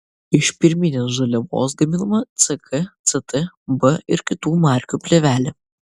iš pirminės žaliavos gaminama ck ct b ir kitų markių plėvelė